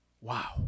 wow